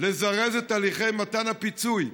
לזרז את הליכי מתן הפיצוי.